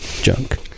junk